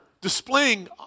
displaying